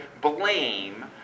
blame